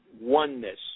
oneness